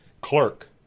clerk